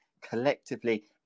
collectively